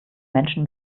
menschen